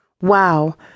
Wow